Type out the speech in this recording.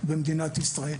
במדינת ישראל.